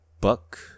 buck